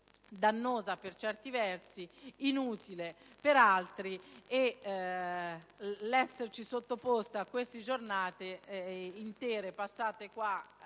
dannosa, per certi versi, e inutile, per altri. L'esserci sottoposti a queste giornate intere passate in